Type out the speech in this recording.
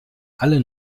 alle